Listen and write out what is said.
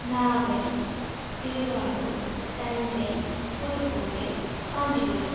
Nagai Thiruvarur Thanjai Pudukkottai Kanchipuram